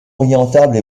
orientable